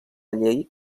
llei